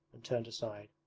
and turned aside.